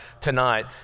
tonight